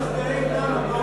הוועדה הזמנית לענייני